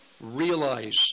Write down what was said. realize